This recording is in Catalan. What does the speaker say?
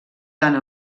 tant